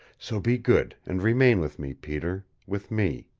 so be good, and remain with me, peter with me